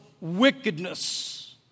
wickedness